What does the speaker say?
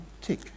tick